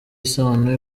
isano